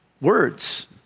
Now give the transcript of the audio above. words